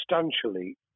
substantially